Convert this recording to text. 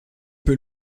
peu